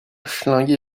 schlinguer